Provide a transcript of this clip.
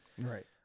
Right